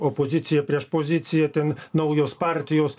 opozicija prieš poziciją ten naujos partijos